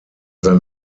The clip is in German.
sein